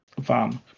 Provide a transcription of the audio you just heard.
van